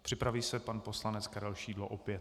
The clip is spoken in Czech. Připraví se pan poslanec Karel Šidlo, opět.